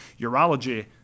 urology